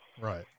Right